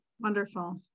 Wonderful